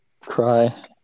Cry